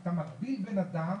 אתה מבדיל בין אדם